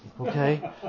Okay